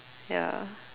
ya